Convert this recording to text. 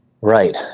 right